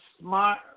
smart